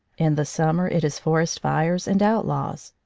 in the summer it is forest fires and outlaws.